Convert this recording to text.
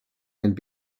and